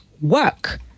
work